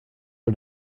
are